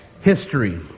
history